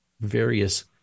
various